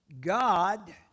God